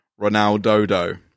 Ronaldo